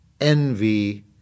envy